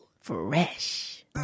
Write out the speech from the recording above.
Fresh